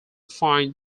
find